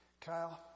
Kyle